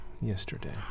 yesterday